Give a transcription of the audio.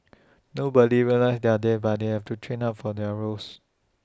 nobody realises they're there but they have to train hard for their roles